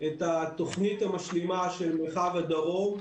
את התוכנית המשלימה של מרחב הדרום,